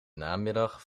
namiddag